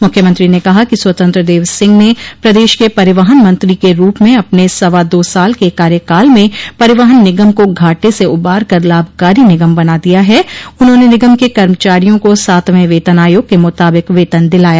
मुख्यमंत्री ने कहा कि स्वतंत्र देव सिंह ने प्रदेश के परिवहन मंत्री के रूप में अपने सवा दो साल के कार्यकाल में परिवहन निगम को घाटे से उबारकर लाभकारी निगम बना दिया है उन्होंने निगम के कर्मचारियों को सातवें वेतन आयोग के मुताबिक वेतन दिलाया